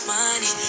money